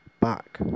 back